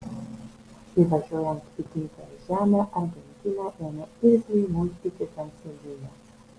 įvažiuojant į gimtąją žemę argentina ėmė irzliai muistytis ant sėdynės